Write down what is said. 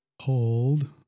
Hold